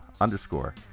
underscore